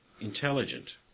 intelligent